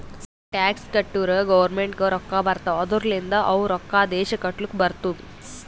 ನಾವ್ ಟ್ಯಾಕ್ಸ್ ಕಟ್ಟುರ್ ಗೌರ್ಮೆಂಟ್ಗ್ ರೊಕ್ಕಾ ಬರ್ತಾವ್ ಅದೂರ್ಲಿಂದ್ ಅವು ರೊಕ್ಕಾ ದೇಶ ಕಟ್ಲಕ್ ಬರ್ತುದ್